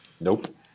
Nope